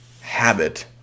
habit